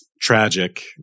tragic